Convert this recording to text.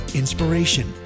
inspiration